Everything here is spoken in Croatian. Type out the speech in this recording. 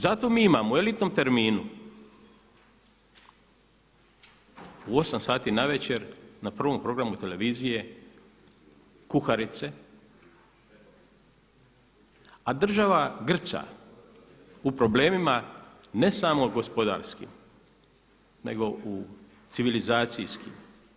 Zato mi imamo u elitnom terminu, u 8 sati navečer, na prvom programu televizije kuharice a država grca u problemima ne samo gospodarskim nego u civilizacijskim.